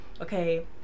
okay